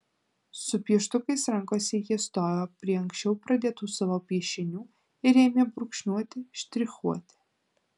su pieštukais rankose jie stojo prie anksčiau pradėtų savo piešinių ir ėmė brūkšniuoti štrichuoti